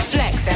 Flex